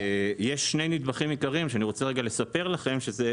יש שני נדבכים עיקריים שאני רוצה לספר לכם, ואלו